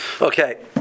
Okay